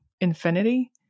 infinity